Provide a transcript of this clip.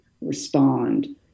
respond